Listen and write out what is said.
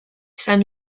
san